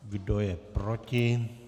Kdo je proti?